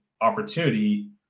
opportunity